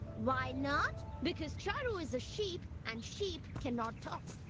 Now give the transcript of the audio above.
why not? because charu is a sheep and sheep cannot talk.